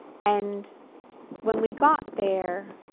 and when we got there,